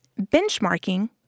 benchmarking